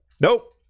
Nope